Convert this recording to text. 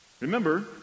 Remember